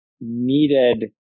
needed